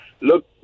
Look